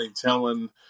telling